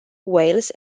wales